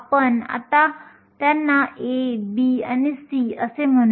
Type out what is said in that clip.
350 असावा फक्त ते पुन्हा लिहू